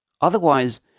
Otherwise